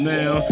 Now